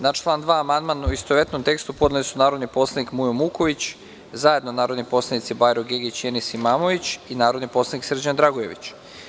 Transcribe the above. Na član 2. amandman u istovetnom tekstu su podneli narodni poslanik Mujo Muković, zajedno, narodni poslanici Barjo Gegić i Enis Imamović, i narodni poslanik Srđan Dragojević.